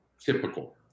typical